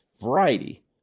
variety